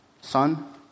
Son